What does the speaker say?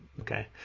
Okay